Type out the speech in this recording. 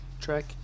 track